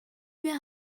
wir